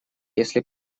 если